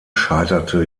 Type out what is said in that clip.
scheiterte